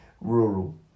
rural